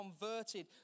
converted